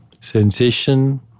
Sensation